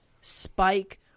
Spike